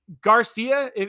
Garcia